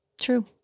True